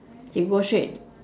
he go straight